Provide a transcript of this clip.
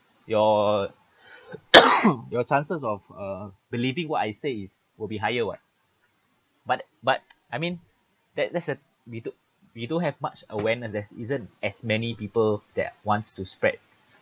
your your chances of uh believing what I say is will be higher what but but I mean that that's the we don't we don't have much awareness there isn't as many people that wants to spread